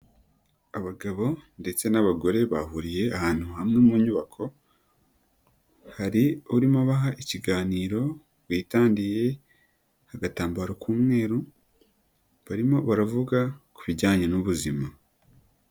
Abagabo ndetse n'abagore bahuriye ahantu hamwe mu nyubako, hari urimo abaha ikiganiro, witandiye agatambaro k'umweru, barimo baravuga ku bijyanye n'ubuzima.